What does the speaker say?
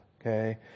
Okay